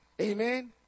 Amen